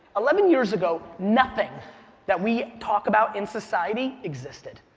eleven years ago, nothing that we talk about in society existed.